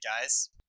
guys